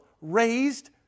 raised